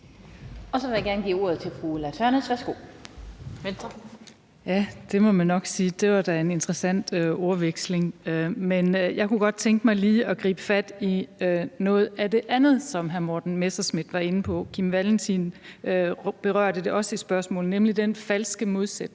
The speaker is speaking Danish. Så vil jeg gerne give ordet til fru Ulla Tørnæs, Venstre. Værsgo. Kl. 16:10 Ulla Tørnæs (V): Det må man nok sige, det var da en interessant ordveksling. Jeg kunne godt tænke mig lige at gribe fat i noget af det andet, som hr. Morten Messerschmidt var inde på. Hr. Kim Valentin berørte det også i spørgsmål, nemlig den falske modsætning,